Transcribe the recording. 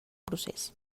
procés